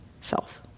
self